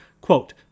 quote